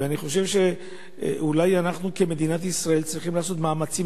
ואני חושב שאולי אנחנו כמדינת ישראל צריכים לעשות מאמצים